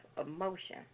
emotion